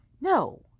No